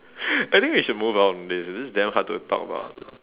I think we should move on from this this is damn hard to talk about